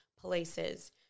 places